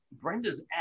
Brenda's